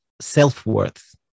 self-worth